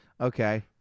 Okay